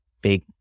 big